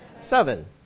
seven